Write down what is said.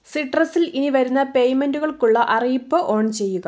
സിട്രസിൽ ഇനി വരുന്ന പേയ്മെന്റുകൾക്കുള്ള അറിയിപ്പ് ഓൺ ചെയ്യുക